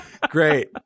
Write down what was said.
Great